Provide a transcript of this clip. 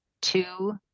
two